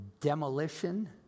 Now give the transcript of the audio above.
Demolition